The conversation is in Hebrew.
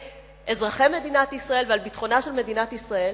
אזרחי מדינת ישראל ועל ביטחונה של מדינת ישראל,